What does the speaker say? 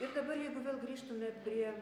ir dabar jeigu vėl grįžtume prie